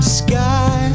sky